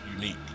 unique